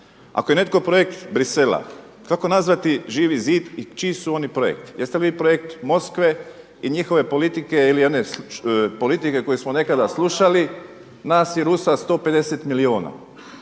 Ako je netko projekt Bruxellesa kako nazvati Živi zid i čiji su oni projekt? Jeste li vi projekt Moskve i njihove politike ili jedne politike koju smo nekada slušali? Nas i Rusa 150 milijuna.